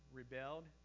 rebelled